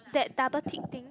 that double tick thing